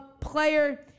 player